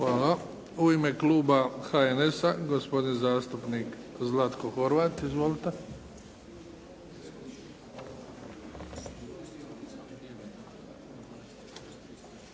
Hvala. U ime Kluba HNS-a gospodin zastupnik Zlatko Horvat. Izvolite.